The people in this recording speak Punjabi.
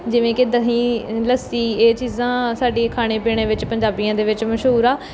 ਜਿਵੇਂ ਕਿ ਦਹੀਂ ਲੱਸੀ ਇਹ ਚੀਜ਼ਾਂ ਸਾਡੀ ਖਾਣੇ ਪੀਣੇ ਵਿੱਚ ਪੰਜਾਬੀਆਂ ਦੇ ਵਿੱਚ ਮਸ਼ਹੂਰ ਆ